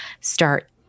start